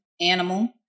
animal